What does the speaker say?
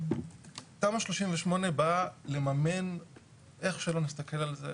תמ"א 38 באה לממן איך שלא נסתכל על זה,